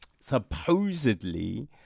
Supposedly